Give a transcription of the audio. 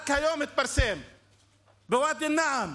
רק היום התפרסם: בוואדי א-נעם,